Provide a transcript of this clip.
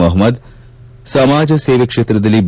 ಮುಹಮ್ಮದ್ ಸಮಾಜ ಸೇವೆ ಕ್ಷೇತ್ರದಲ್ಲಿ ಬಿ